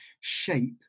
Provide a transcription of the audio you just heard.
shape